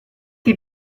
che